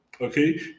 Okay